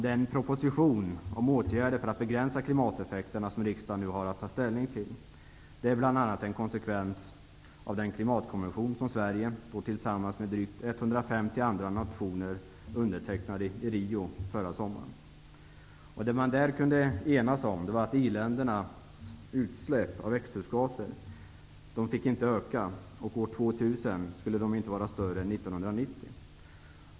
Den proposition om åtgärder för att begränsa klimateffekterna som riksdagen nu har att ta ställning till är bl.a. en konsekvens av den klimatkonvention som Sverige tillsammans med drygt 150 andra nationer untertecknade i Rio de Janeiro förra sommaren. Vad man där kunde enas om var att i-ländernas utsläpp av växthusgaser inte fick öka. År 2000 skall de inte vara större än de var 1990.